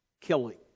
killing